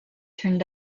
turned